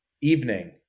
evening